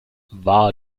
war